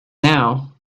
now